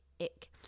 ick